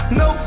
no